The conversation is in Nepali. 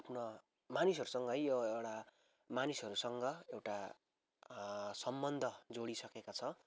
आफ्ना मानिसहरूसँग है यो एउटा मानिसहरूसँग एउटा सम्बन्ध जोडिसकेका छ